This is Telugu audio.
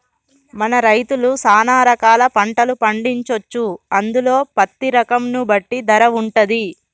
మన రైతులు సాన రకాల పంటలు పండించొచ్చు అందులో పత్తి రకం ను బట్టి ధర వుంటది